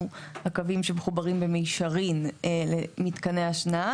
הקווים שמחוברים במישרין למתקני השנעה.